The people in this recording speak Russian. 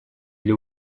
для